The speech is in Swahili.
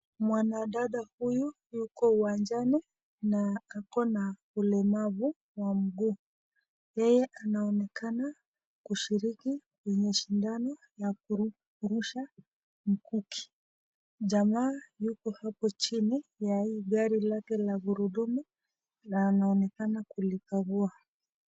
Mwanadada huyu yuko kiwanjani na ako na ulemavu wa mguu yeye anaonekana kushiriki kwenye shindano ya kurusha mguki, jamaa yupo hapa chini ya hii gari lake ya kurudumu na anaonekana kuligagua.